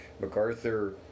MacArthur